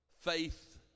faith